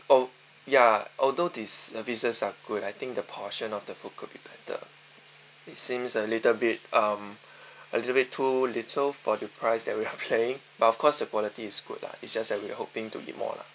alt~ yeah although these services are good I think the portion of the food could be better it seems a little bit um a little bit too little for the price that we are paying but of course the quality is good lah it's just that we are hoping to be more lah